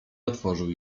otworzył